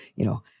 you know,